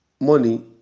money